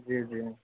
جی جی